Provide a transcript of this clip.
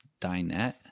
dinette